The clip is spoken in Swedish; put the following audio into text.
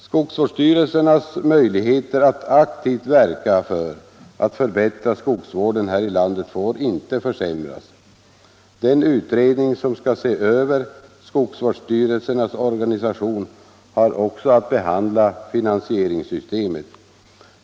Skogsvårdsstyrelsernas möjligheter att aktivt verka för att förbättra skogsvården här i landet får inte försämras. Den utredning som skall se över skogsvårdsstyrelsernas organisation har också att behandla finansieringssystemet.